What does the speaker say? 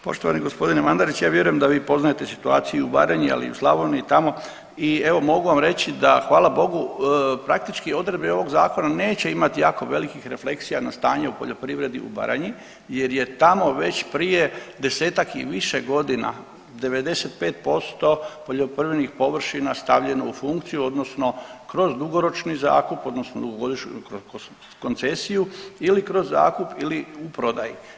Poštovani gospodine Mandarić ja vjerujem da vi poznajete situaciju i u Baranji, ali i u Slavoniji tamo i evo mogu vam reći da hvala Bogu praktički odredbe ovog zakona neće imati jako velikih refleksija na stanje u poljoprivredi u Baranji jer je tamo već prije 10-ak i više godina 95% poljoprivrednih površina stavljeno u funkciju odnosno kroz dugoročni zakup odnosno dugogodišnju koncesiju ili kroz zakup ili u prodaji.